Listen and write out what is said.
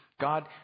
God